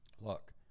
look